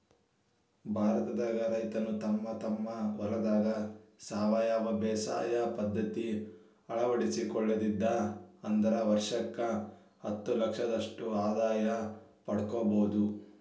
ಭಾರತದಾಗ ರೈತರು ತಮ್ಮ ತಮ್ಮ ಹೊಲದಾಗ ಸಾವಯವ ಬೇಸಾಯ ಪದ್ಧತಿ ಅಳವಡಿಸಿಕೊಂಡಿದ್ದ ಆದ್ರ ವರ್ಷಕ್ಕ ಹತ್ತಲಕ್ಷದಷ್ಟ ಆದಾಯ ಪಡ್ಕೋಬೋದು